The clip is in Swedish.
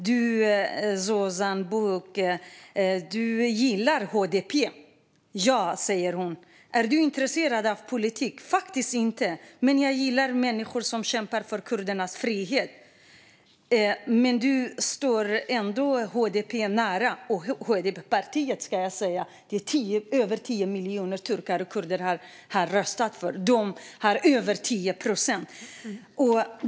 Du, Zozan Büyük, gillar HDP. - Ja. - Är du intresserad av politik? - Faktiskt inte, men jag gillar människor som kämpar för kurdernas frihet. - Men du står ändå HDP nära? Jag kan inflika att över 10 miljoner turkar och kurder har röstat på partiet HDP. De har över 10 procent.